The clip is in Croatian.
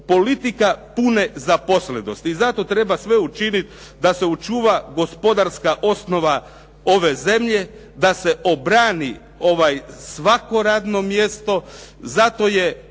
Politika pune zaposlenosti. I zato treba sve učiniti da se očuva gospodarska osnova ove zemlje, da se obrani ovaj svako radno mjesto, zato je